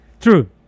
true